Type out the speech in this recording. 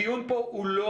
הדיון פה הוא לא